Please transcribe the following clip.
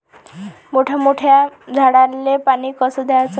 मोठ्या मोठ्या झाडांले पानी कस द्याचं?